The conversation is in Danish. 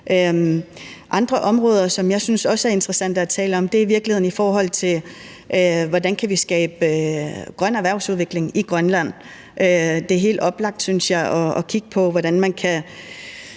andre områder, som jeg også synes er interessant at tale om, er i virkeligheden spørgsmålet om, hvordan vi kan skabe grøn erhvervsudvikling i Grønland. Jeg synes, det er helt oplagt at kigge på, hvordan man kan